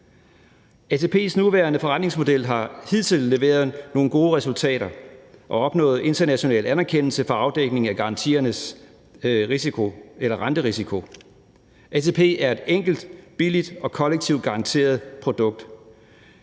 ATP's nuværende forretningsmodel har hidtil leveret nogle gode resultater og opnået international anerkendelse for afdækning af garantiernes renterisiko. ATP er et enkelt, billigt og kollektivt garanteret produkt.